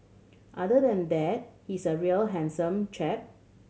other than that he's a real handsome chap